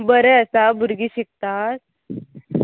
बरें आसा भुरगीं शिकतात